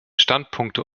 standpunkte